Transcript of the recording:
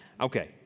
okay